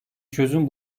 çözüm